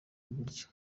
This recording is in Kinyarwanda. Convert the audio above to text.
iburyo